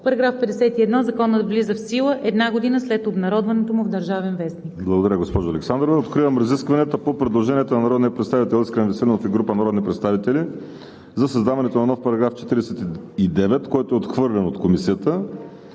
§ 51: „§ 51. Законът влиза в сила една година след обнародването му в „Държавен вестник“.“